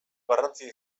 garrantzia